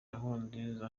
nkurunziza